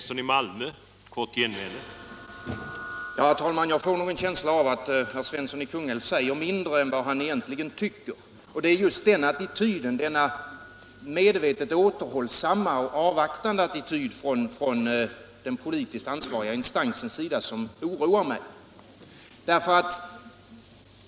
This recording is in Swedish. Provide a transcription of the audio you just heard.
Herr talman! Jag får en känsla av att herr Svensson i Kungälv säger mindre än han egentligen tycker. Det är just den attityden, denna medvetet återhållsamma och avvaktande attityd från den politiskt ansvariga instansens sida som oroar mig.